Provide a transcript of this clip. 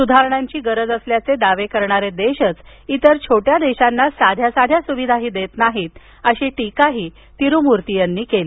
सुधारणांची गरज असल्याचे दावे करणारे देशच इतर छोट्या देशांना साध्या सुविधा देत नाहीत अशी टीका तिरुमूर्ती यांनी केली